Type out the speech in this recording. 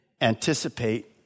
Anticipate